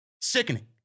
Sickening